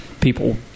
people